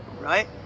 right